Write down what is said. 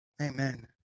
Amen